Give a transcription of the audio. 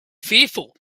fearful